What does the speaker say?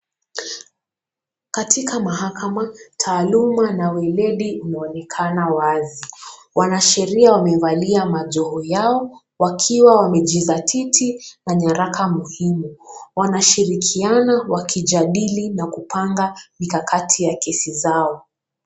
Katika mahakama taaluma na ueledi unaonekana wazi. Wanasheria wamevalia majoho yao wakiwa wamejizatiti kwa nyaraka muhimu. Wanashirikiana wakijadili na kupanga mikakati ya kesi zao.